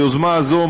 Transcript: היוזמה הזאת,